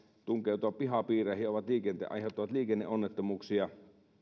tunkeutua pihapiireihin ja aiheuttavat liikenneonnettomuuksia